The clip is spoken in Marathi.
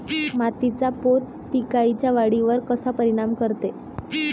मातीचा पोत पिकाईच्या वाढीवर कसा परिनाम करते?